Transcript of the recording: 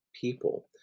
people